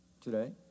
today